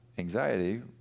Anxiety